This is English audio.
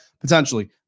Potentially